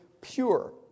pure